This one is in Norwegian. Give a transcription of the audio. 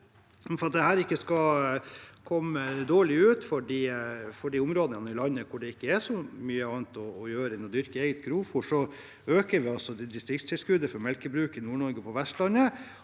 For at det ikke skal slå dårlig ut for de områdene i landet der det ikke er så mye annet å gjøre enn å dyrke eget grovfôr, øker vi distriktstilskuddet for melkebruk i Nord-Norge og på Vestlandet,